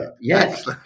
yes